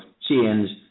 change